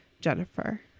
Jennifer